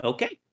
Okay